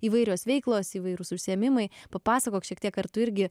įvairios veiklos įvairūs užsiėmimai papasakok šiek tiek ar tu irgi